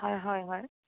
হয় হয় হয়